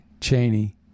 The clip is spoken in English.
Cheney